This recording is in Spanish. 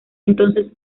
entonces